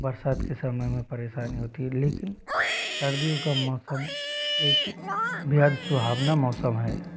बरसात के समय में परेशानी होती है लेकिन सर्दियों का मौसम एक बेहद सुहावना मौसम है